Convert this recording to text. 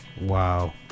wow